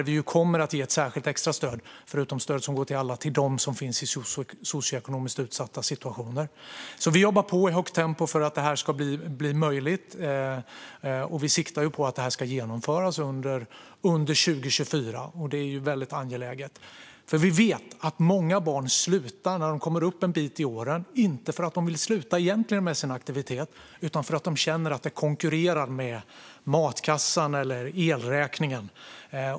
Vi kommer att ge ett extra stöd - utöver det stöd som går till alla - till dem som befinner sig i en socioekonomiskt utsatt situation. Vi jobbar på i högt tempo för att detta ska bli möjligt. Vi siktar på att det ska genomföras under 2024. Det är väldigt angeläget, för vi vet att många barn slutar när de kommer upp en bit i åren - inte därför att de egentligen vill sluta med sin aktivitet utan därför att de känner att den konkurrerar med matkassan eller elräkningen.